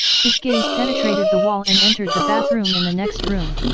his gaze penetrated the wall and entered the bathroom in the next room.